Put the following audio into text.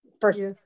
First